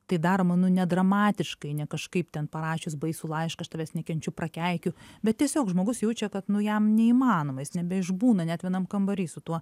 tai daroma nu nedramatiškai ne kažkaip ten parašius baisų laišką aš tavęs nekenčiu prakeikiu bet tiesiog žmogus jaučia kad nu jam neįmanoma jis nebeišbūna net vienam kambary su tuo